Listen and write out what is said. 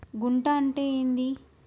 గుంట అంటే ఏంది?